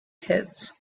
kids